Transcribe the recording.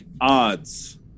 odds